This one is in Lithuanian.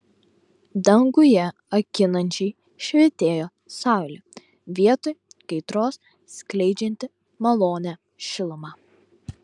danguje akinančiai švytėjo saulė vietoj kaitros skleidžianti malonią šilumą